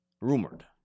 rumored